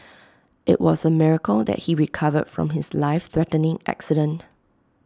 IT was A miracle that he recovered from his life threatening accident